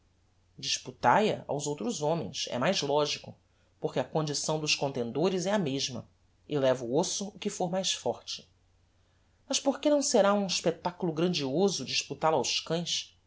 disputai a aos outros homens é mais logico porque a condição dos contendores é a mesma e leva o osso o que fôr mais forte mas porque não será um espectaculo grandioso disputal o aos cães